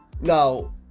now